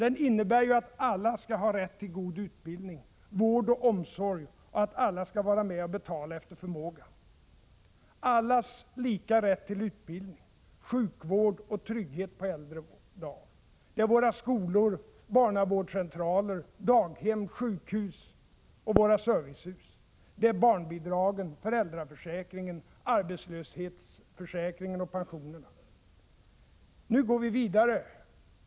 Den innebär att alla skall ha rätt till god utbildning, vård och omsorg — och att alla skall vara med och betala efter förmåga. Det gäller allas lika rätt till utbildning, sjukvård och trygghet på äldre dagar. Det gäller våra skolor, barnavårdscentraler, daghem, sjukhus och våra servicehus. Det gäller barnbidragen, föräldraförsäkringen, arbetslöshetsförsäkringen och pensionerna. Nu går vi vidare.